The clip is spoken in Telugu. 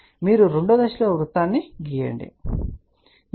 కాబట్టి మీరు రెండో దశలో వృత్తాన్ని గీయండి సరే